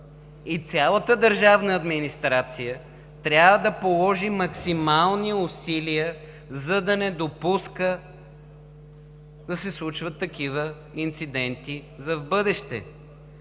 и цялата държавна администрация трябва да положи максимални усилия, за да не допуска да се случват такива инциденти в бъдеще.